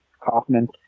Kaufman